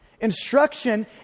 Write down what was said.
Instruction